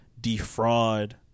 defraud